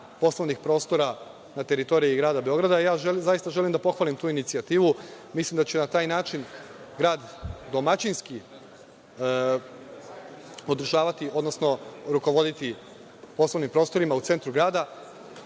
poslovnih prostora na teritoriji Grada Beograda. Zaista želim da pohvalim tu inicijativu, mislim da će na taj način grad domaćinski održavati, odnosno rukovoditi poslovnim prostorima u centru grada,